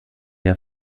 der